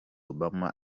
obama